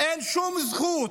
אין שום זכות